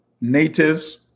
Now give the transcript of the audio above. natives